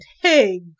Hey